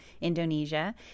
Indonesia